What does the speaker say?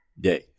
day